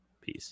peace